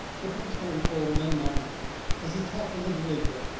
but most i recall melmount as he talked a little later,